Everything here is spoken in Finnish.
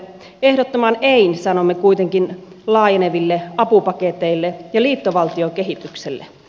ehdottoman ein sanomme kuitenkin laajeneville apupaketeille ja liittovaltiokehitykselle